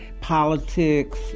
politics